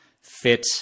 fit